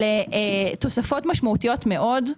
אלה תוספות משמעויות מאוד.